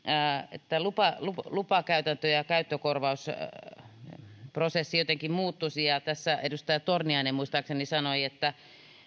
että lupakäytäntö ja käyttökorvausprosessi jotenkin muuttuisivat ja muistaakseni edustaja torniainen sanoi että